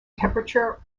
temperature